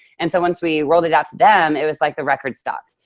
and so once we rolled it out to them, it was like the record stops.